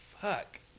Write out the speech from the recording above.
Fuck